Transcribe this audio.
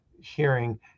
hearing